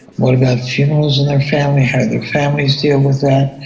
what about funerals in their family? how did their families deal with that?